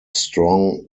strong